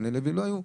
בני לוי לא היו,